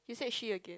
you said she again